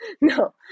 No